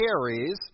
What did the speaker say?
carries